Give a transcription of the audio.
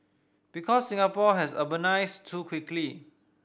because Singapore has urbanised too quickly